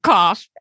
Cough